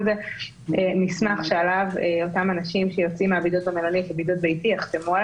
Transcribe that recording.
זה מסמך שעליו אותם אנשים שיוצאים מהבידוד במלונית לבידוד ביתי יחתמו,